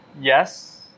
Yes